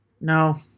No